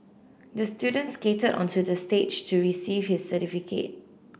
the student skated onto the stage to receive his certificate